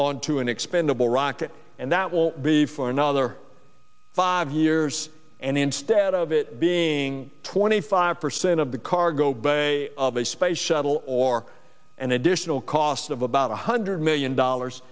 onto an expendable rocket and that will be for another five years and instead of it being twenty five percent of the cargo bay of a space shuttle or an additional cost of about one hundred million dollars